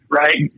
right